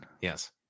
yes